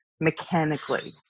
mechanically